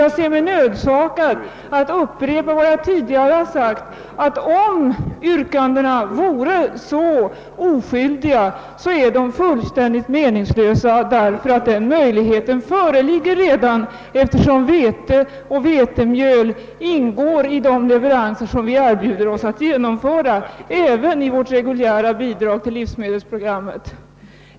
Jag ser mig nödsakad att upprepa vad jag tidigare har sagt, nämligen att om yrkandena är så oskyldiga så är de fullständigt meningslösa, ty den möjligheten föreligger redan. Vete och vetemjöl ingår i de leveranser som vi erbjuder oss att göra även i vårt reguljära bidrag till livsmedelsprogrammet.